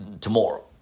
Tomorrow